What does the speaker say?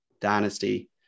Dynasty